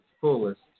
fullest